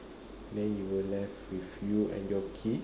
then you will left with you and your kids